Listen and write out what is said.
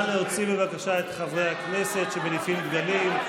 נא להוציא בבקשה את חברי הכנסת שמניפים דגלים,